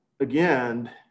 again